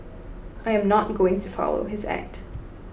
I am not going to follow his act